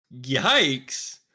yikes